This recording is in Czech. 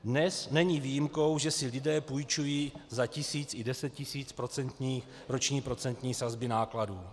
Dnes není výjimkou, že si lidé půjčují za tisíc i deset tisíc roční procentní sazby nákladů.